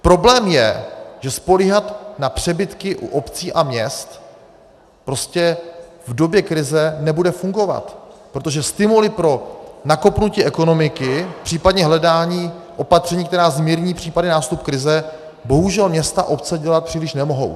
Problém je, že spoléhat na přebytky u obcí a měst prostě v době krize nebude fungovat, protože stimuly pro nakopnutí ekonomiky, případně hledání opatření, která zmírní případy nástupu krize, bohužel města a obce příliš dělat nemohou.